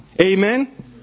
Amen